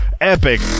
epic